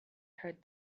heard